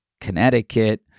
Connecticut